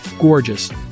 gorgeous